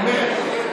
הכנסת,